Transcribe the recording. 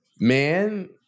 man